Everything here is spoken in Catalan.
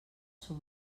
som